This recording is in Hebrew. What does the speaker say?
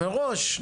מראש,